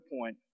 point